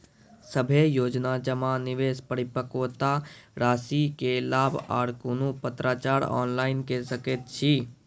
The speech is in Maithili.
सभे योजना जमा, निवेश, परिपक्वता रासि के लाभ आर कुनू पत्राचार ऑनलाइन के सकैत छी?